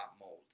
mold